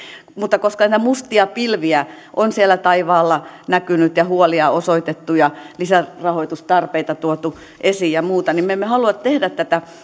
mutta koska näitä mustia pilviä on siellä taivaalla näkynyt ja huolia osoitettu ja lisärahoitustarpeita tuotu esiin ja muuta niin me emme halua tehdä tätä